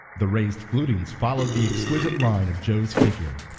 the raised flutings followed the exquisite lines of joe's figure,